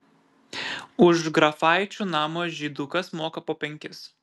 už grafaičių namo žydukas moka po penkis